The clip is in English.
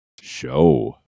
show